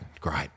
great